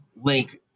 link